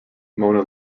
mona